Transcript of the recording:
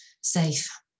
safe